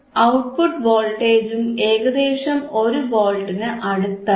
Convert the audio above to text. output വോൾട്ടേജും ഏകദേശം 1 വോൾട്ടിന് അടുത്താണ്